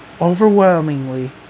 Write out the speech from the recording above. overwhelmingly